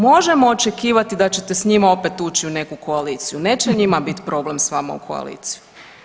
Možemo očekivati da ćete s njima opet ući u neku koaliciju, neće njima biti problem s vama u koaliciju.